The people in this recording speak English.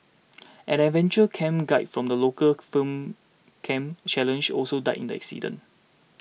an adventure camp guide from the local firm Camp Challenge also died in the incident